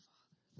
Father